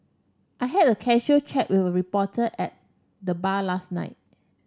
I had a casual chat with a reporter at the bar last night